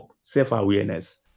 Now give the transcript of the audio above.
self-awareness